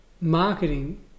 marketing